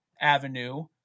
avenue